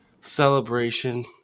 celebration